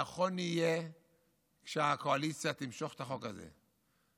נכון יהיה שהקואליציה תמשוך את החוק הזה.